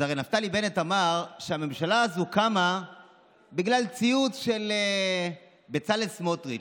אז הרי נפתלי בנט אמר שהממשלה הזו קמה בגלל ציוץ של בצלאל סמוטריץ',